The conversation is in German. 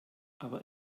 aber